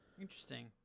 Interesting